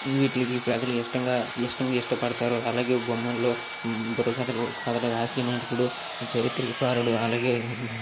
వీటికి ప్రజలు ఇష్టంగా ఇష్టంగా ఇష్టపడతారు అలాగే బొమ్మల్లో బుర్రకథలు కథలు హాస్యనటుడు చరిత్రకారుడు అలాగే